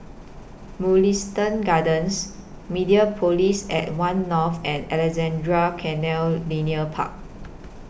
Mugliston Gardens Mediapolis At one North and Alexandra Canal Linear Park